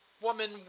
Woman